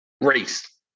race